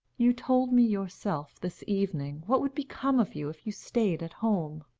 you told me yourself, this evening, what would become of you if you stayed at home.